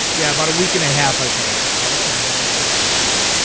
yeah, about a week and a half, i think. yeah, you're right, they do.